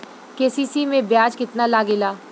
KCC में ब्याज कितना लागेला?